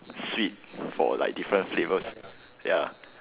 sweet for like different flavours ya